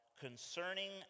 concerning